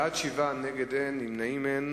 בעד, 7, נגד, אין, נמנעים, אין.